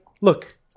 Look